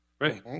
Right